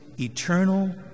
eternal